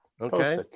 Okay